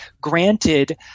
granted